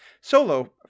solo